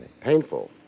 Painful